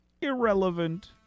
irrelevant